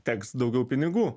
teks daugiau pinigų